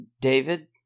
David